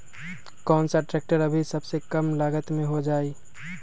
कौन सा ट्रैक्टर अभी सबसे कम लागत में हो जाइ?